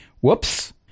Whoops